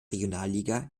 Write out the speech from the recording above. regionalliga